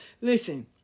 Listen